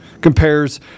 compares